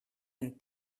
and